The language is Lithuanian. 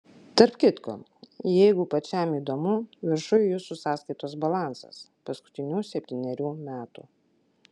tarp kitko jeigu pačiam įdomu viršuj jūsų sąskaitos balansas paskutinių septynerių metų